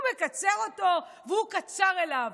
הוא מקצר אותו והוא קצר אליו.